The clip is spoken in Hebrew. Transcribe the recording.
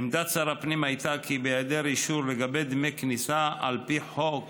עמדת שר הפנים הייתה כי בהיעדר אישור לגבי דמי כניסה על פי חוק